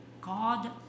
God